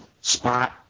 spot